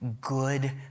good